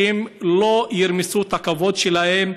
שלא ירמסו את הכבוד שלהם,